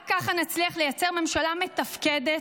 רק ככה נצליח לייצר ממשלה מתפקדת,